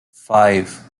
five